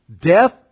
death